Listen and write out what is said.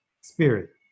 spirit